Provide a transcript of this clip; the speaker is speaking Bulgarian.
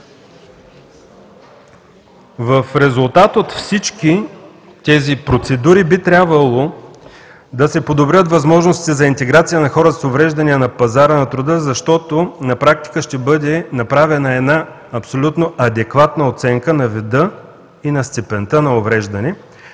В резултат от всички тези процедури би трябвало да се подобрят възможностите за интеграция на хора с увреждания на пазара на труда, защото на практика ще бъде направена една абсолютно адекватна оценка на вида и на степента на увреждане,